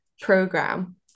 program